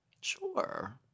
Sure